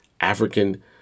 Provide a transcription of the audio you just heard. African